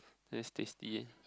then it's tasty eh